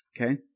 Okay